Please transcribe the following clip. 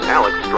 Alex